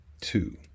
two